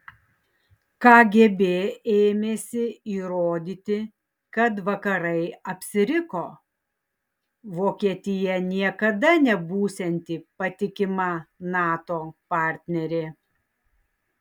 kgb ėmėsi įrodyti kad vakarai apsiriko vokietija niekada nebūsianti patikima nato partnerė